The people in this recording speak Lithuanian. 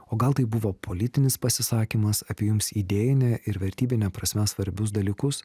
o gal tai buvo politinis pasisakymas apie jums idėjine ir vertybine prasme svarbius dalykus